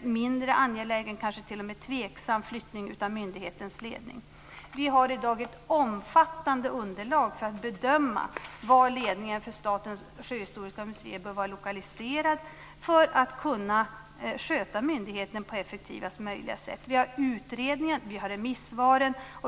mindre angelägen, kanske t.o.m. tveksam, flyttning av myndighetens ledning. Vi har i dag ett omfattande underlag för att bedöma var ledningen för Statens sjöhistoriska museer bör vara lokaliserad för att kunna sköta myndigheten på effektivast möjliga sätt. Vi har utredningen. Vi har remisssvaren.